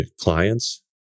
clients